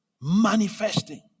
manifesting